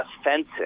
offensive